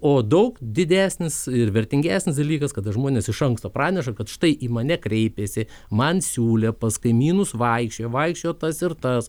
o daug didesnis ir vertingesnis dalykas kada žmonės iš anksto praneša kad štai į mane kreipėsi man siūlė pas kaimynus vaikščiojo vaikščiojo tas ir tas